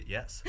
Yes